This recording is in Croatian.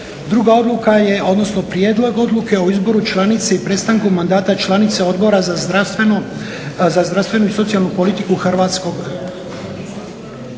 Druga odluka je odnosno prijedlog odluke o izboru članice i prestanku mandata članice Odbora za zdravstvenu i socijalnu politiku Hrvatskog